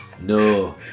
No